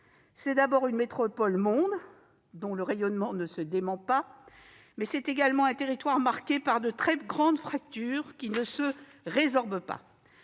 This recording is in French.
C'est une métropole-monde, dont le rayonnement ne se dément pas, mais c'est également un territoire marqué par de très grandes fractures, qui ne se résorbent pas.